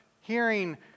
hearing